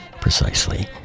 precisely